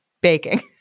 baking